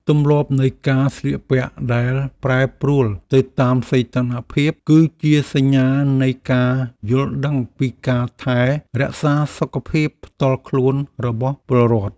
ទម្លាប់នៃការស្លៀកពាក់ដែលប្រែប្រួលទៅតាមសីតុណ្ហភាព គឺជាសញ្ញានៃការយល់ដឹងពីការថែរក្សាសុខភាពផ្ទាល់ខ្លួនរបស់ពលរដ្ឋ។